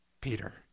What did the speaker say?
Peter